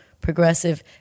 progressive